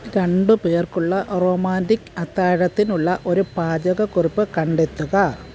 രണ്ട് പേർക്കുള്ള റൊമാൻറിക്ക് അത്താഴത്തിനുള്ള ഒരു പാചകക്കുറിപ്പ് കണ്ടെത്തുക